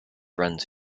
runs